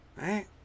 right